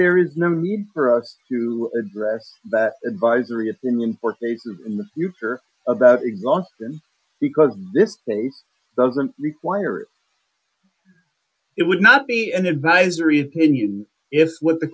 there is no need for us to address that advisory opinion for cases in the future about exhaustion because this case doesn't require it would not be an advisory opinion if what the